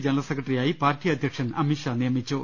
general സെക്രട്ടറിയായി party അധ്യക്ഷൻ അമിത്ഷാ നിയമിച്ചു